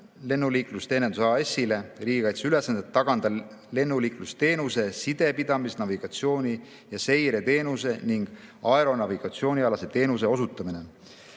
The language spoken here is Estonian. Lennuliiklusteeninduse AS‑ile riigikaitselised ülesanded: tagada lennuliiklusteenuse, sidepidamis‑, navigatsiooni- ja seireteenuse ning aeronavigatsioonialase teenuse osutamine.